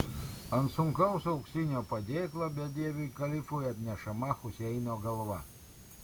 ant sunkaus auksinio padėklo bedieviui kalifui atnešama huseino galva